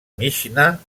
mixnà